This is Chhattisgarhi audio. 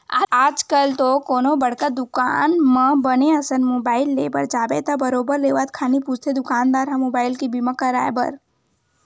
आजकल तो कोनो बड़का दुकान म बने असन मुबाइल ले बर जाबे त बरोबर लेवत खानी पूछथे दुकानदार ह मुबाइल के बीमा कराय बर